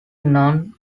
none